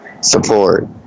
support